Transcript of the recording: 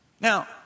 Now